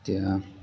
এতিয়া